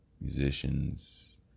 musicians